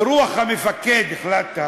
ברוח המפקד החלטת: